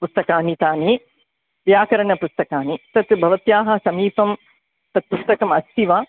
पुस्तकानि तानि व्याकरणपुस्तकानि तत् भवत्याः समीपं तत् पुस्तकम् अस्ति वा